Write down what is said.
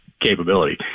capability